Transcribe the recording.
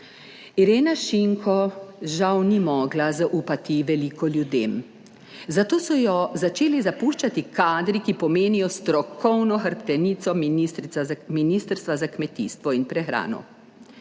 Irena Šinko žal ni mogla zaupati veliko ljudem, zato so jo začeli zapuščati kadri, ki pomenijo strokovno hrbtenico Ministrstva za kmetijstvo in prehrano.